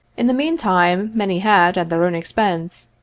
in the mean time, many had, at their own expense,